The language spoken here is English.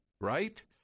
right